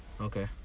okay